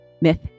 Myth